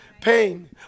pain